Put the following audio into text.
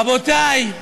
רבותי,